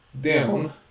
down